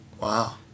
Wow